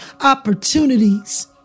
opportunities